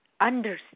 understand